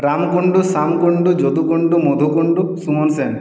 Ram Kundu Shyam Kundu Jadu Kundu Madhu Kundu Suman Sen